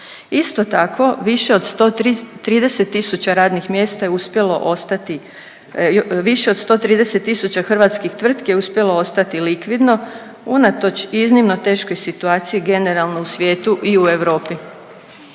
ostati, više od 130 000 hrvatskih tvrtki je uspjelo ostati likvidno unatoč iznimno teškoj situaciji generalno u svijetu i u Europi.